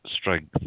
strength